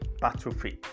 battlefield